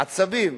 עצבים.